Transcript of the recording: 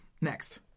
Next